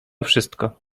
wszystko